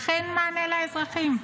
אך אין מענה לאזרחים,